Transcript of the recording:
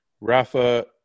Rafa